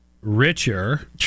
richer